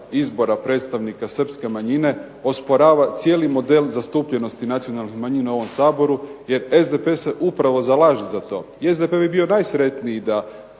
izbora predstavnika srpske manjine osporava cijeli model zastupljenosti nacionalnih manjina u ovom Saboru jer SDP se upravo zalaže za to. I SDP bi bio najsretniji da